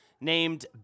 named